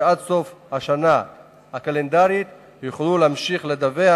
שעד סוף השנה הקלנדרית יוכלו להמשיך לדווח